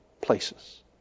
places